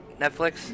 Netflix